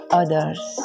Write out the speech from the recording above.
others